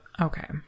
Okay